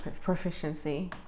proficiency